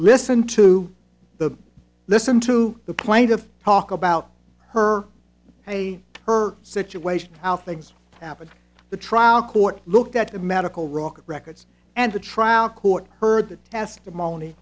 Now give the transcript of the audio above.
listen to the listen to the plaintiff talk about her hay her situation how things happened the trial court looked at the medical rock records and the trial court heard the testimony